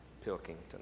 Pilkington